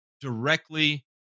directly